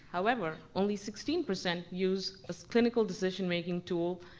however, only sixteen percent use a clinical decision making tool,